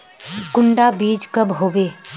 कुंडा बीज कब होबे?